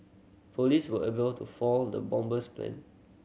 police were able to foil the bomber's plan